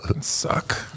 suck